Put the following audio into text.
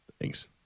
Thanks